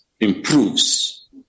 improves